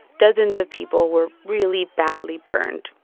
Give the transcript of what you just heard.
dozens of people were really badly burned.